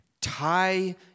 tie